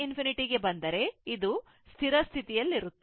ನೀವು ಈ i ∞ ಗೆ ಬಂದರೆ ಇದು ಸ್ಥಿರ ಸ್ಥಿತಿಯಲ್ಲಿರುತ್ತದೆ